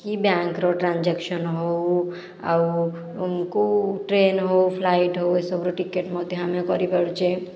କି ବ୍ୟାଙ୍କର ଟ୍ରାଞ୍ଜାକସନ୍ ହେଉ ଆଉ କେଉଁ ଟ୍ରେନ ହେଉ ଫ୍ଲାଇଟ୍ ହେଉ ଏସବୁର ଟିକେଟ ମଧ୍ୟ ଆମେ କରିପାରୁଛେ